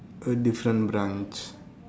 a different branch